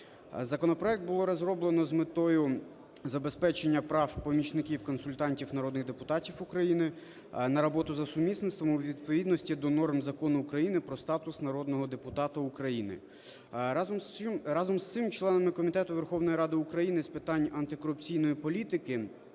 Законопроект було розроблено з метою забезпечення прав помічників-консультантів народних депутатів України на роботу за сумісництвом у відповідності до норм Закону України "Про статус народного депутата України". Разом з цим членами Комітету Верховної Ради України з питань антикорупційної політики,